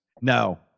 no